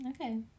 Okay